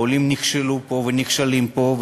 העולים נכשלו פה ונכשלים פה,